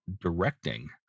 directing